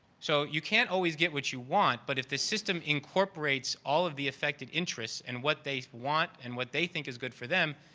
so, you can't always get what you want but if the system incorporates all of the affected interest and what they want and what they think is good for them,